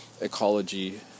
ecology